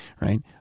right